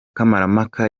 kamarampaka